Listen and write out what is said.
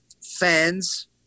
fans